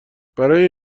برای